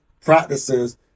practices